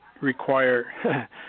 require